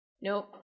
Nope